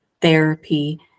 therapy